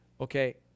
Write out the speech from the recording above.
Okay